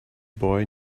boy